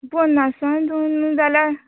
पन्नासा दोन जाल्यार